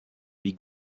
wie